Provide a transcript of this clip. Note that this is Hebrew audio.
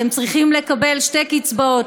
שהם צריכים לקבל שתי קצבאות,